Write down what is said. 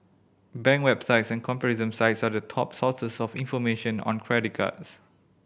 bank websites and comparison sites are the top sources of information on credit cards